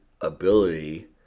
ability